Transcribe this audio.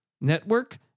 network